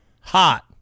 hot